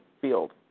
field